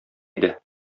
иде